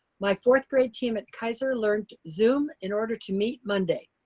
my fourth grade team at kaiser learned zoom in order to meet monday,